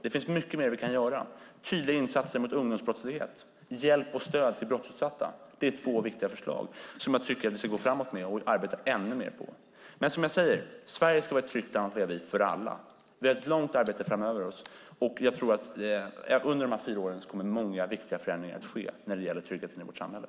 Det finns mycket mer vi kan göra. Tydliga insatser mot ungdomsbrottslighet, hjälp och stöd till brottsutsatta är två viktiga förslag som jag tycker att vi ska gå framåt med och arbeta ännu mer på. Som jag säger, Sverige ska vara ett tryggt land att leva i för alla. Vi har ett långt arbete framför oss. Under de här fyra åren tror jag att många viktiga förändringar kommer att ske när det gäller tryggheten i vårt samhälle.